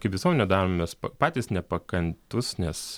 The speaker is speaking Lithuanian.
kaip visuomenė daromės patys nepakantūs nes